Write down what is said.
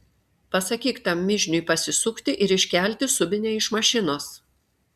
pasakyk tam mižniui pasisukti ir iškelti subinę iš mašinos